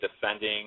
defending